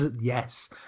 Yes